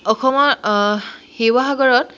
অসমৰ শিৱসাগৰত